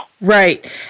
Right